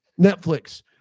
Netflix